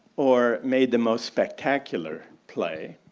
or made the most spectacular play,